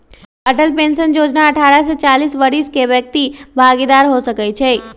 Atal pension Yojana अठारह से चालीस वरिस के व्यक्ति भागीदार हो सकइ छै